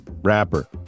rapper